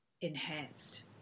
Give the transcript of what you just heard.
enhanced